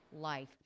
life